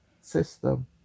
system